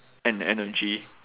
and energy